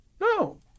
No